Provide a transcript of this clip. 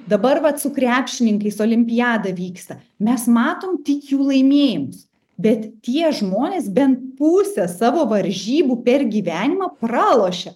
dabar vat su krepšininkais olimpiada vyksta mes matom tik jų laimėjimus bet tie žmonės bent pusę savo varžybų per gyvenimą pralošė